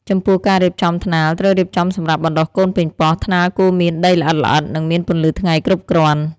ចំពោះការរៀបចំថ្នាល ត្រូវរៀបចំសម្រាប់បណ្ដុះកូនប៉េងប៉ោះ ថ្នាលគួរមានដីល្អិតៗ និងមានពន្លឺថ្ងៃគ្រប់គ្រាន់។